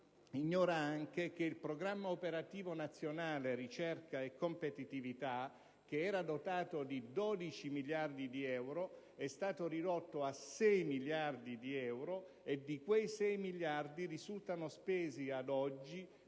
ignora anche che il programma operativo nazionale ricerca e competitività, che era dotato di 12 miliardi di euro, è stato ridotto a 6 miliardi di euro: di quei 6 miliardi, risultano spesi ad oggi